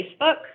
Facebook